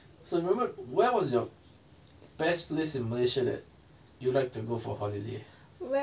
so you remember where was your best place in malaysia that you like to go for holiday